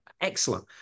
excellent